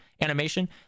animation